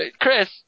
Chris